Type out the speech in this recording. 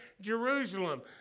Jerusalem